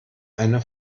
eine